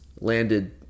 landed